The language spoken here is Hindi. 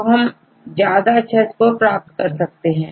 तो हम ज्यादा अच्छा स्कोर प्राप्त कर सकते हैं